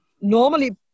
normally